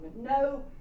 No